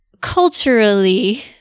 culturally